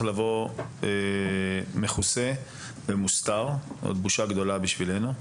לבוא מכוסה ומוסתר זאת בושה וחרפה בשבילנו.